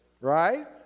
right